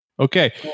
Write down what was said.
Okay